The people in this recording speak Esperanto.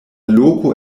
loko